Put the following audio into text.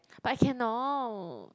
but I cannot